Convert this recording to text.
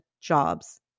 jobs